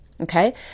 okay